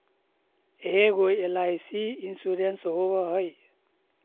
ऐगो LIC insurance होव है?